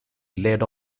led